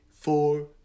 four